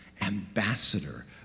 ambassador